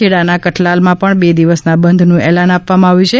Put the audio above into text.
ખેડા ના કઠલાલ માં પણ બે દિવસ ના બંધ નું એલાન આપવામાં આવ્યું છે